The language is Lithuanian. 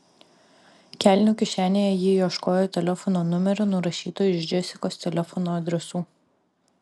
kelnių kišenėje ji ieškojo telefono numerio nurašyto iš džesikos telefono adresų